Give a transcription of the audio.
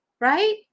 right